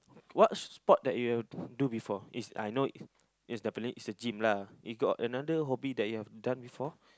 what sport that you have do before is I know is is definitely is the gym lah you got another hobby that you have done before